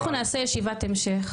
אנחנו נעשה ישיבת המשך,